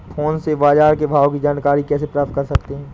Phone से बाजार के भाव की जानकारी कैसे प्राप्त कर सकते हैं?